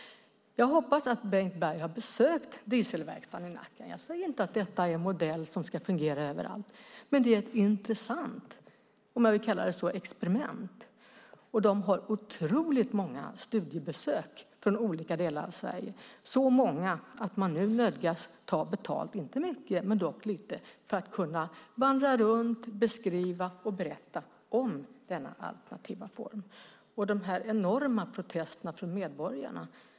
Jag hoppas att Bengt Berg har besökt Dieselverkstaden i Nacka. Jag säger inte att detta är en modell som ska fungera överallt, men det är ett intressant experiment, om man vill kalla det så. De har otroligt många studiebesök från olika delar av Sverige. De har så många besök att de nu nödgas ta betalt - inte mycket men lite - för att kunna vandra runt, beskriva och berätta om denna alternativa form. Jag tror inte att vi har sett dessa enorma protester från medborgarna.